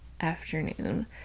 afternoon